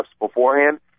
beforehand